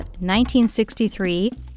1963